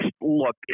look